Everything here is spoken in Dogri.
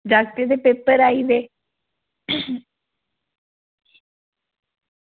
जागतै दे पेपर आई गेदे